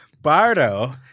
Bardo